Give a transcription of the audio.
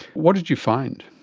what did you find?